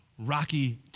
Rocky